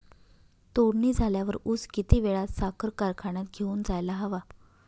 तोडणी झाल्यावर ऊस किती वेळात साखर कारखान्यात घेऊन जायला हवा?